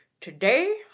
Today